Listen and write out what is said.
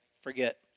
forget